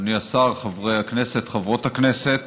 אדוני השר, חברי הכנסת, חברות הכנסת,